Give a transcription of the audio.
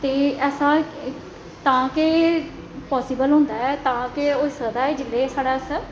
ते ऐसा तां गै पासिबल होंदा ऐ तां गै सकदा होई ऐ जेल्लै के अस